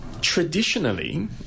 Traditionally